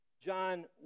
John